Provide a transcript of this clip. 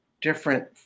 different